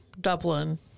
Dublin